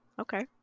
Okay